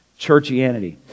churchianity